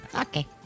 Okay